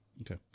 Okay